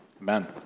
Amen